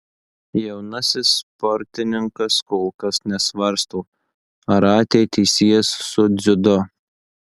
jaunasis sportininkas kol kas nesvarsto ar ateitį sies su dziudo